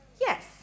Yes